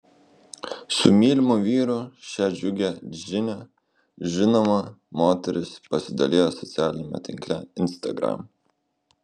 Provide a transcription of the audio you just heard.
su mylimu vyru šia džiugia žinia žinoma moteris pasidalijo socialiniame tinkle instagram